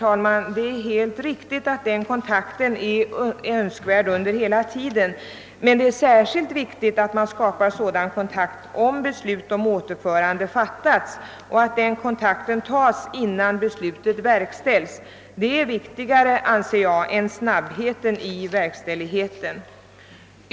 Det är, herr talman, helt riktigt att den kontakten är önskvärd under hela tiden, men det är särskilt viktigt att man skapar sådan kontakt, om beslut om återförande fattats, och att den kontakten tas innan beslutet verkställes. Det är viktigare, anser jag, än snabbheten i verkställigheten.